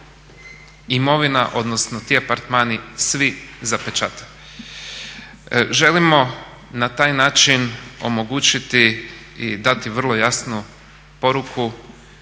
imovina odnosno ti apartmani svi zapečate. Želimo na taj način omogućiti i dati vrlo jasnu poruku